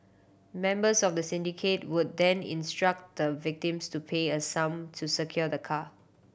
members of the syndicate would then instruct the victims to pay a sum to secure the car